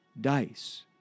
dice